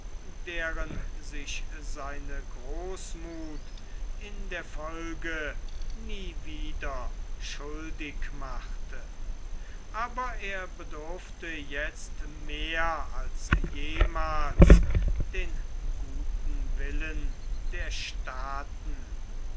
deren sich sein großmuth in der folge nie wieder schuldig machte aber er bedurfte jetzt mehr als jemals den guten willen der staaten